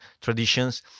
traditions